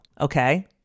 Okay